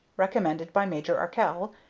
recommended by major arkell,